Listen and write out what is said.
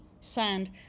sand